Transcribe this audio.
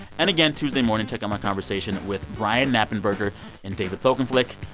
and, again, tuesday morning, check out my conversation with brian knappenberger and david folkenflik.